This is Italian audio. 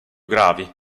gravi